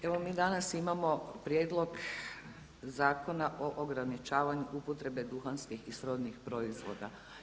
Evo mi danas imamo Prijedlog zakona o ograničavanju upotrebe duhanskih i srodnih proizvoda.